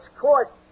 court